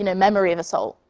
and memory of assault.